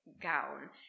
gown